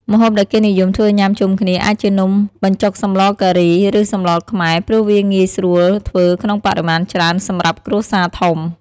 ម្ហូបដែលគេនិយមធ្វើញុំាជុំគ្នាអាចជានំបញ្ចុកសម្លការី ឬ សម្លខ្មែរ ព្រោះវាងាយស្រួលធ្វើក្នុងបរិមាណច្រើនសម្រាប់គ្រួសារធំ។